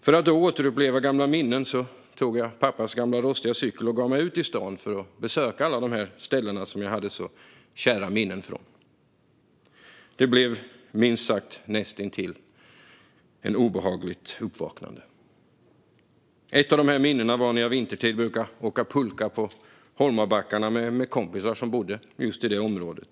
För att återuppleva gamla minnen tog jag pappas gamla rostiga cykel och gav mig ut i stan för att besöka alla ställen som jag hade så kära minnen från. Det blev, minst sagt, ett näst intill obehagligt uppvaknande. Ett av dessa minnen var när jag vintertid brukade åka pulka på Holmabackarna med kompisar som bodde i området.